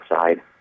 side